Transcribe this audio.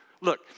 Look